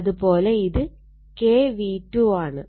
അത് പോലെ ഇത് K V2 ആണ്